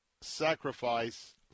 sacrifice